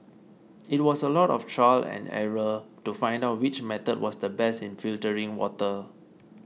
it was a lot of trial and error to find out which method was the best in filtering water